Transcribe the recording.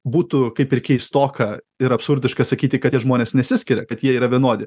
būtų kaip ir keistoka ir absurdiška sakyti kad tie žmonės nesiskiria kad jie yra vienodi